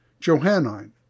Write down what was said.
Johannine